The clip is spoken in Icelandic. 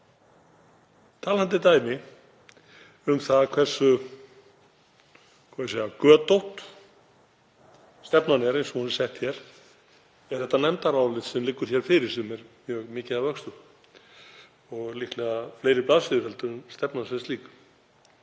talandi dæmi um það hversu götótt stefnan er eins og hún er sett fram er þetta nefndarálit sem liggur hér fyrir sem er mjög mikið að vöxtum og líklega fleiri blaðsíður en stefnan sem slík.